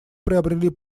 пробрели